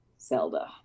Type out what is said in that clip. Zelda